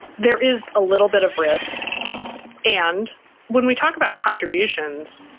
there is a little bit of risk and when we talk about contributions,